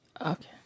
Okay